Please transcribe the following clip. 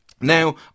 Now